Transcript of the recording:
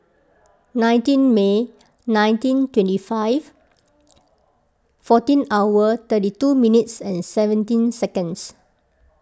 nineteen May nineteen twenty five fourteen hour thirty two minutes and seventeen seconds